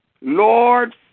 Lord